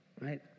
right